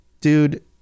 dude